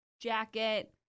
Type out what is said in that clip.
jacket